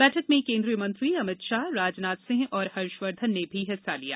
बैठक में केन्द्रीय मंत्री अमित शाह राजनाथ सिंह और हर्षवर्धन ने भी हिस्सा लिया